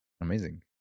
Amazing